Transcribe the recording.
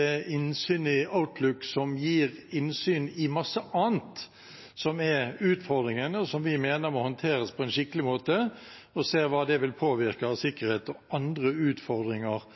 er innsyn i Outlook som gir innsyn i masse annet, som er utfordringen, og som vi mener må håndteres på en skikkelig måte, og man må se på hva det vil påvirke av sikkerhet og andre utfordringer.